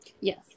Yes